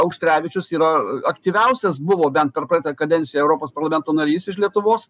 auštrevičius yra aktyviausias buvo bent per praeitą kadenciją europos parlamento narys iš lietuvos